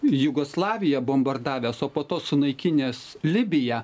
jugoslaviją bombardavęs o po to sunaikinęs libiją